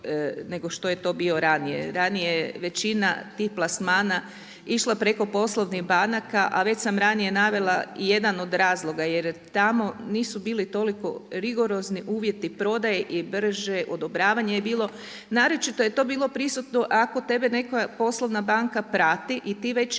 nego što je to bio ranije. Ranije je većina tih plasmana išla preko poslovnih banaka. A već sam ranije navela i jedan od razloga jer tamo nisu bili toliko rigorozni uvjeti prodaje i brže odobravanje je bilo. Naročito je to bilo prisutno ako tebe neka poslovna banka prati i ti već